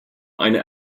eine